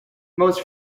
most